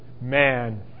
man